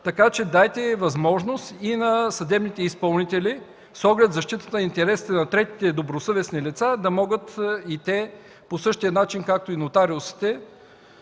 кадастъра. Дайте възможност и на съдебните изпълнители с оглед защитата на интересите на третите добросъвестни лица да могат и те по същия начин, както и нотариусите,